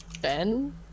Ben